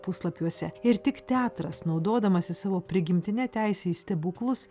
puslapiuose ir tik teatras naudodamasis savo prigimtine teise į stebuklus